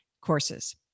courses